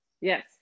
Yes